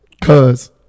Cause